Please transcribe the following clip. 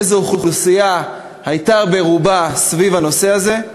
איזה אוכלוסייה הייתה ברובה סביב הנושא הזה.